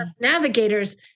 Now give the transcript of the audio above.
Navigators